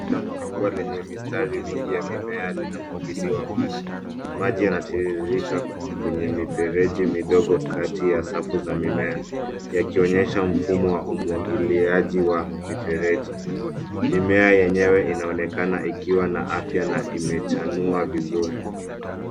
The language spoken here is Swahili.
Shamba kubwa lenye mistari mingi ya mimea linamwagiliwa maji. Maji yanatiririka kwenye mifereji midogo kati ya safu za mimea yakionyesha mfumo wa umwagiliaji wa mifereji. Mimea yenyewe inaonekana ikiwa na afya na imechanua vizuri.